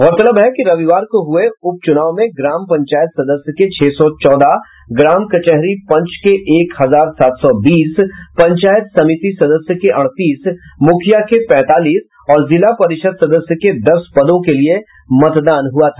गौरतलब है कि रविवार को हुए उप चुनाव में ग्राम पंचायत सदस्य के छह सौ चौदह ग्राम कचहरी पंच के एक हजार सात सौ बीस पंचायत समिति सदस्य के अड़तीस मुखिया के पैंतालीस और जिला परिषद सदस्य के दस पदों के लिये मतदान हुआ था